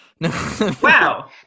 wow